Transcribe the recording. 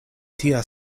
tia